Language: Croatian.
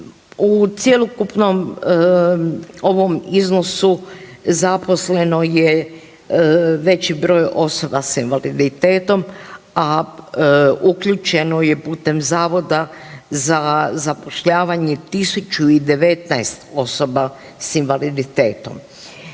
U cjelokupnom ovom iznosu zaposleno je veći broj osoba s invaliditetom, a uključeno je putem Zavoda za zapošljavanje 1.019 osoba s invaliditetom